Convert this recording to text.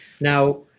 Now